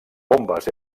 bombes